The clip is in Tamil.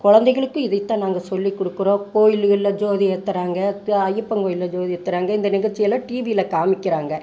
குழந்தைங்களுக்கும் இதைதான் நாங்க சொல்லி கொடுக்குறோம் கோயில்களில் ஜோதி ஏற்றுறாங்க ஐயப்பன் கோயிலில் ஜோதி ஏற்றுறாங்க இந்த நிகழ்ச்சி எல்லாம் டிவியில் காமிக்கிறாங்க